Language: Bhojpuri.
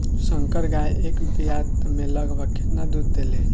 संकर गाय एक ब्यात में लगभग केतना दूध देले?